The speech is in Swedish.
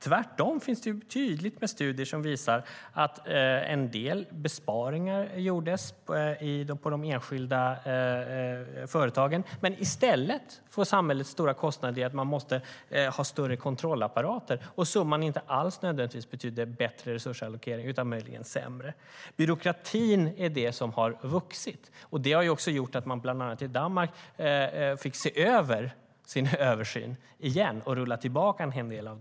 Tvärtom finns det studier som tydligt visar att en del besparingar gjordes på de enskilda företagen. I stället fick samhället stora kostnader genom att man måste ha större kontrollapparater. Slutsatserna innebar inte alls att det hade skett någon bättre resursallokering utan möjligen sämre. Byråkratin är det som har vuxit, och det har också gjort att man bland annat i Danmark fick göra en ytterligare översyn och rulla tillbaka en hel del.